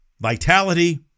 vitality